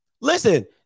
Listen